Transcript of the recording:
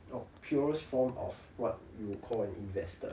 a purest form of what you call an investor